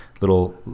little